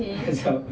okay